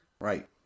Right